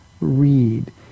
read